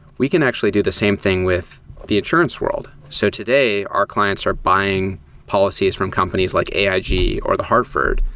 we can actually do the same thing with the insurance world. so, today, our clients are buying policies from companies like aig or the hartford,